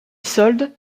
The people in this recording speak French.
soldes